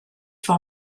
for